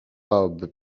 aby